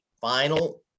final